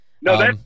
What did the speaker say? No